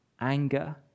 anger